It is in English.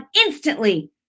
instantly